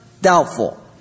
Doubtful